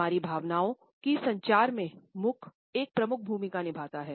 हमारी भावनाओं की संचार में मुख एक प्रमुख भूमिका निभाता है